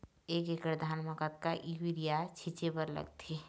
एक एकड़ धान म कतका यूरिया छींचे बर लगथे?